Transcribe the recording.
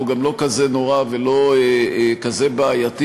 הוא גם לא כזה נורא ולא כזה בעייתי,